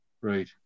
Right